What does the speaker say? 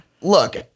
look